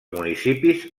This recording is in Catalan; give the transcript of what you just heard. municipis